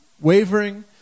wavering